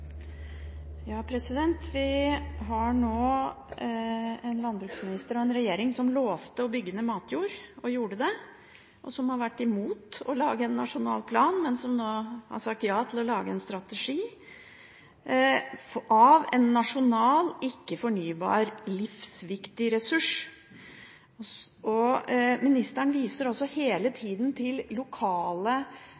Vi har nå en landbruksminister og en regjering som lovte å bygge ned matjord, og gjorde det, og som har vært imot å lage en nasjonal plan, men som nå har sagt ja til å lage en strategi av en nasjonal, ikke-fornybar, livsviktig ressurs. Ministeren viser også hele